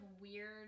weird